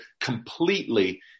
completely